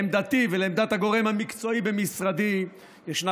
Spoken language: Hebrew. לעמדתי ולעמדת הגורם המקצועי במשרדי ישנה